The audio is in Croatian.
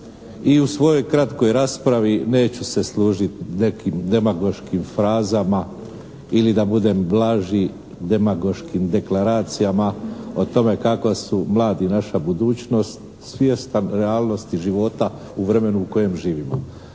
i u svojoj kratkoj raspravi neću se služiti nekim demagoškim frazama, ili da budem blaži demagoškim deklaracijama o tome kako su mladi naša budućnost svjestan realnosti života u vremenu u kojem živimo.